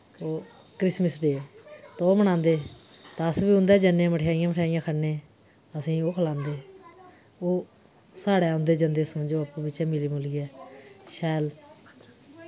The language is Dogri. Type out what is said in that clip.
ओह् क्रिसमस दे ते ओह् मनांदे ते अस बी उंदै जन्नें मठाइयां मठाईयां खन्ने असेंगी ओह् खलांदे ओह् साढ़ै औंदे जंदे समझो आपूं बिच्चें मिली मुलियै शैल